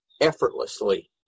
effortlessly